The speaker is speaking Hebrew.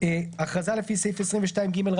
הכרזה לפי סעיף 22ג,